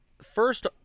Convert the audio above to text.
First